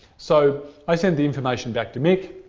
so, i sent the information back to mick.